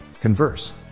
Converse